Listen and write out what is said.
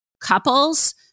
couples